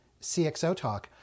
CXOTalk